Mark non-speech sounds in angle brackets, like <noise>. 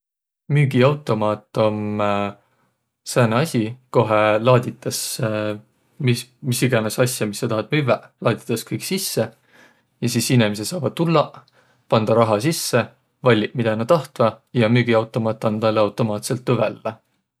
Müügiautomaat om sääne asi, kohe laaditas <hesitation> mis- misegänes asi, mis saq tahat müvväq, laaditas kõik sisse. Ja sis inemiseq saavaq tullaq, pandaq raha sisse, valliq, midä näq tahtvaq, ja müügiautomaat and tälle automaatsõlt tuu vällä.